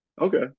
Okay